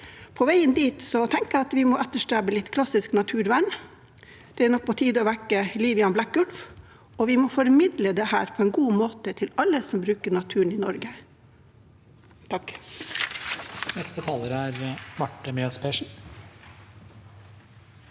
at vi må etterstrebe litt klassisk naturvern. Det er nok på tide å vekke liv i Blekkulf, og vi må formidle dette på en god måte til alle som bruker naturen i Norge.